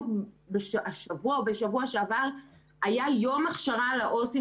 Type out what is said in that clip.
בשבוע שעבר או השבוע היה יום הכשרה לעובדים